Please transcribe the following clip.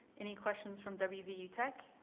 any questions from wvu tech?